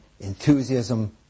enthusiasm